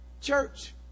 Church